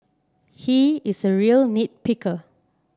he is a real nit picker